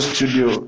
Studio